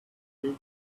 week